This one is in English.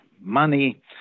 money